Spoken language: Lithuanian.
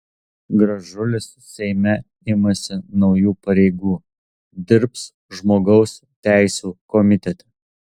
gražulis seime imasi naujų pareigų dirbs žmogaus teisių komitete